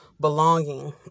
belonging